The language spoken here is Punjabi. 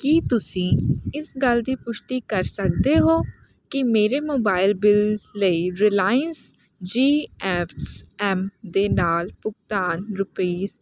ਕੀ ਤੁਸੀਂ ਇਸ ਗੱਲ ਦੀ ਪੁਸ਼ਟੀ ਕਰ ਸਕਦੇ ਹੋ ਕਿ ਮੇਰੇ ਮੋਬਾਈਲ ਬਿੱਲ ਲਈ ਰਿਲਾਇੰਸ ਜੀ ਐੱਸ ਐੱਮ ਦੇ ਨਾਲ ਭੁਗਤਾਨ ਰੁਪੀਸ